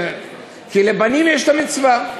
כי לבנים יש את המצווה.